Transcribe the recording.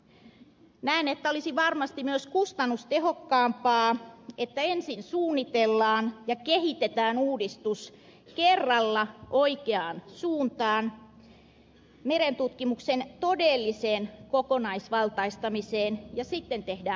näen että olisi varmasti myös kustannustehokkaampaa että ensin suunnitellaan ja kehitetään uudistus kerralla oikeaan suuntaan merentutkimuksen todelliseksi kokonaisvaltaistamiseksi ja sitten tehdään muutos